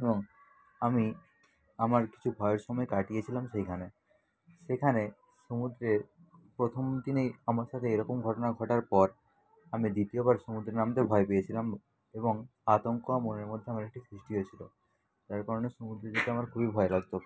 এবং আমি আমার কিছু ভয়ের সময় কাটিয়েছিলাম সেইখানে সেখানে সমুদ্রের প্রথম দিনেই আমার সাথে এ রকম ঘটনা ঘটার পর আমি দ্বিতীয়বার সমুদ্রে নামতে ভয় পেয়েছিলাম এবং আতঙ্ক মনের মধ্যে আমার একটি সৃষ্টি হয়েছিলো এর কারণে সমুদ্রে যেতে আমার খুবই ভয় লাগতো